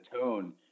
tone